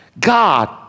God